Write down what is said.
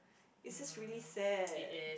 it's just really sad